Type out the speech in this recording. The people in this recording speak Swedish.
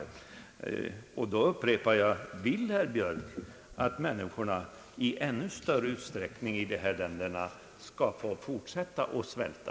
Jag upprepar därför min fråga: Vill herr Björk att människorna i ännu större utsträckning i dessa länder skall få fortsätta att svälta?